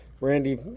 Randy